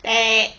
dey